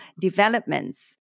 developments